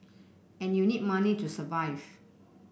and you need money to survive